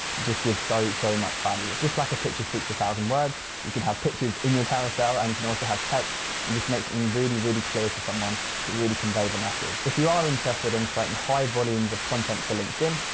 to just give so, so much value. just like a picture speaks a thousand words. you can have pictures in your carousel and you can also have text and just make something really, really clear to someone to really convey the message. if you are interested in creating high volumes of content for linkedin,